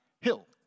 hill